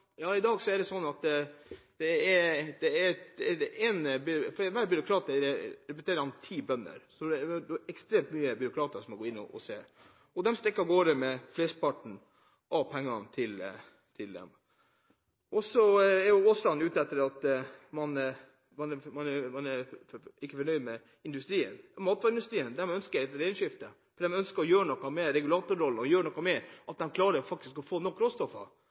I dag er det sånn at hver byråkrat representerer ti bønder. Det er ekstremt mange byråkrater om man går inn og ser. Og de stikker av gårde med mesteparten av pengene. Så er Aasland ute etter at man ikke er fornøyd med industrien. Matvareindustrien ønsker et regjeringsskifte, for de ønsker å gjøre noe med regulatorrollen slik at man klarer å få nok